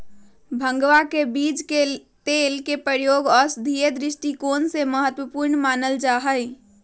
भंगवा के बीज के तेल के प्रयोग औषधीय दृष्टिकोण से महत्वपूर्ण मानल जाहई